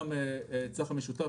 גם בצח"מ משותף,